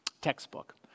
textbook